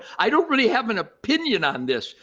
i don't really have an opinion on this.